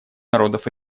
народов